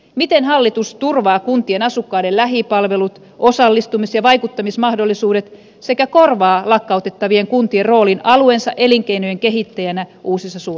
miten hallitus turvaa kuntien asukkaiden lähipalvelut osallistumis ja vaikuttamismahdollisuudet sekä korvaa lakkautettavien kun tirolin alueensa elinkeinojen kehittäjänä uusi sasu